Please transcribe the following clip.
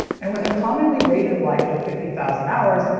and with a commonly rated life of fifty thousand hours,